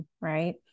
right